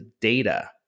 data